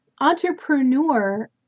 entrepreneur